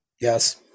Yes